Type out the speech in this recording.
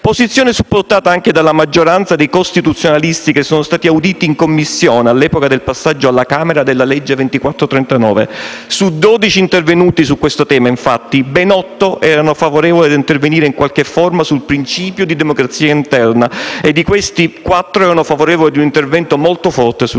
posizione supportata anche dalla maggioranza dei costituzionalisti che sono stati auditi in Commissione all'epoca del passaggio alla Camera della legge n. 2439. Su 12 intervenuti su questo tema, infatti, ben otto erano favorevoli a intervenire in qualche forma sul principio di democrazia interna, e di questi quattro erano favorevoli a un intervento molto forte sul tema.